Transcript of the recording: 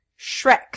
Shrek